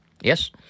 Yes